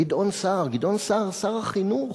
גדעון סער, גדעון סער, שר החינוך,